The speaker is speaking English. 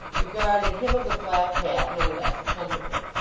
regarded him of the flapped hat no less attentively.